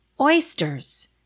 oysters